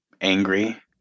angry